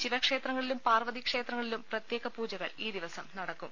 ശിവക്ഷേത്രങ്ങളിലും പാർവതീക്ഷേത്രങ്ങളിലും പ്രത്യേക പൂജകൾ ഈ ദിവസം നടക്കും